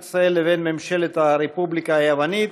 ישראל לבין ממשלת הרפובליקה היוונית